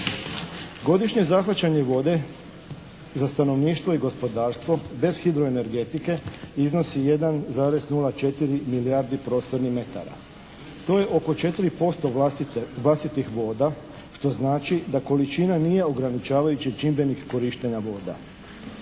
Godišnje zahvaćenje vode za stanovništvo i gospodarstvo bez hidroenergetike iznosi 1,04 milijardi prostornih metara. To je oko 4% vlastitih voda, što znači da količina nije ograničavajući čimbenik korištenja voda.